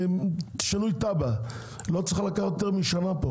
שינוי תב"ע לא צריך לקחת יותר משנה,